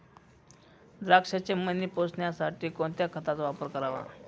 द्राक्षाचे मणी पोसण्यासाठी कोणत्या खताचा वापर करावा?